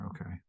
Okay